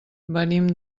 venim